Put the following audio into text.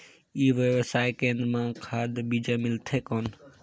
ई व्यवसाय केंद्र मां खाद बीजा मिलथे कौन?